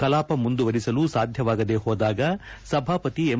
ಕಲಾಪ ಮುಂದುವರೆಸಲು ಸಾಧ್ಯವಾಗದೇ ಹೋದಾಗ ಸಭಾಪತಿ ಎಂ